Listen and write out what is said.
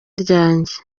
ryanjye